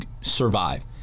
survive